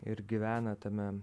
ir gyvena tame